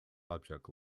object